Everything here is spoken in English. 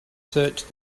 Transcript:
searched